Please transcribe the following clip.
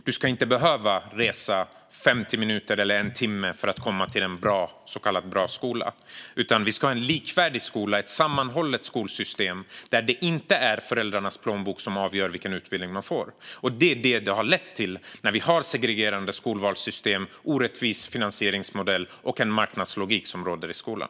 Man ska inte behöva resa 50 minuter eller en timme för att komma till en så kallad bra skola, utan vi ska ha en likvärdig skola och ett sammanhållet skolsystem, där det inte är föräldrarnas plånbok som avgör vilken utbildning man får. Det är detta som är följden av att vi har segregerande skolvalssystem, en orättvis finansieringsmodell och en marknadslogik som råder i skolan.